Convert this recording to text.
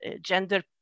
gender